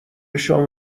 شام